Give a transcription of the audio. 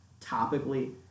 topically